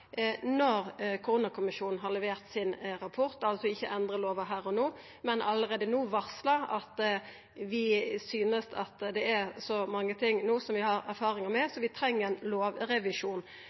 når koronakommisjonen har levert sin rapport – altså ikkje endra lova her og no, men allereie no varsla at vi synest at det er så mange ting no som vi har erfaringar med, så vi treng ein lovrevisjon.